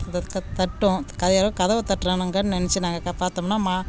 இந்த தட்டும் க யாரோ கதவை தட்டுறானுங்கன்னு நினச்சி நாங்கள் பார்த்தோம்னா மா